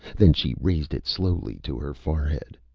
then she raised it slowly to her forehead.